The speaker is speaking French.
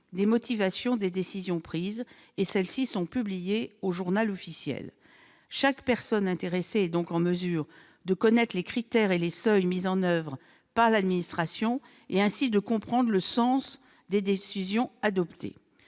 des motivations des décisions prises et que celles-ci sont publiées au. Chaque personne intéressée est donc en mesure de connaître les critères et les seuils mis en oeuvre par l'administration et, ainsi, de comprendre le sens des décisions adoptées.